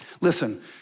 Listen